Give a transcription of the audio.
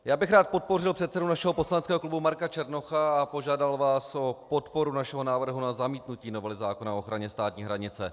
Já bych rád podpořil předsedu našeho poslaneckého klubu Marka Černocha a požádal vás o podporu našeho návrhu na zamítnutí novely zákona o ochraně státní hranice.